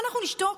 אנחנו נשתוק?